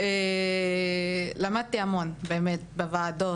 למדתי המון בוועדות,